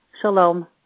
Shalom